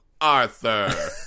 Arthur